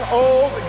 old